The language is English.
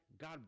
God